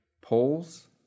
Poles